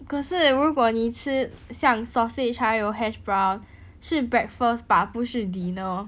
可是如果你吃像 sausage 还有 hash brown 是 breakfast bah 不是 dinner